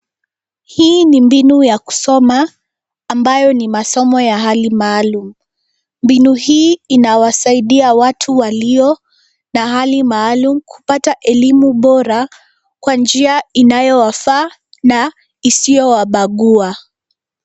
Hii ni mbinu ya kusoma ambayo ni masomo ya hali maalum. Mbinu hii inawasaidia watu walio na hali maalum kupata elimu bora kwa njia inayowafaa na isiyo wabagua.